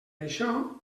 això